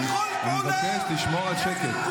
אני מבקש לשמור על שקט.